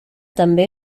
també